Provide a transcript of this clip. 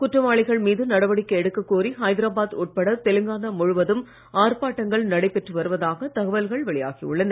குற்றவாளிகள் மீது நடவடிக்கை எடுக்கக் கோரி ஹைதரபாத் உட்பட தெலங்கானா முழுவதும் ஆர்ப்பாட்டங்கள் நடைபெற்று வருவதாக தகவல்கள் வெளியாகி உள்ளன